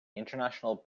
international